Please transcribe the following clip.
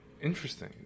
Interesting